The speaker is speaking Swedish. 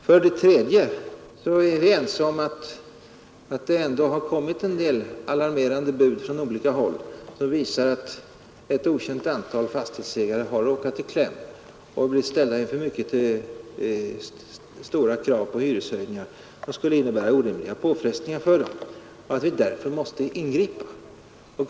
För det tredje är vi ense om att det ändå har kommit en del alarmerande bud från olika håll som visar att ett okänt antal lokalhyresgäster har råkat i kläm och blivit ställda inför mycket stora krav på hyreshöjningar, som skulle innebära orimliga påfrestningar för dem, och att vi därför måste ingripa.